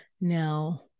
Now